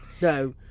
no